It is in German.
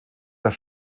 das